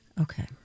Okay